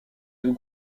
deux